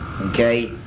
Okay